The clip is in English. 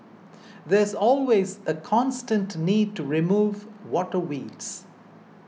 there's always a constant need to remove water weeds